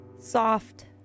soft